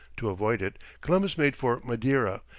to avoid it, columbus made for madeira,